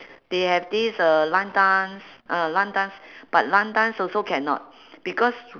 they have this uh line dance ah line dance but line dance also cannot because